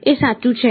એ સાચું છે